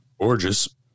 Gorgeous